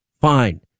fine